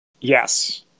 Yes